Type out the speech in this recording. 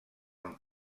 amb